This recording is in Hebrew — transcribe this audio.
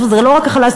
זה לא רק החלש,